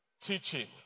teaching